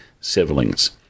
siblings